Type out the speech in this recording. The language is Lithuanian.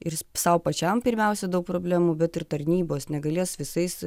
ir sau pačiam pirmiausia daug problemų bet ir tarnybos negalės visais